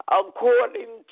according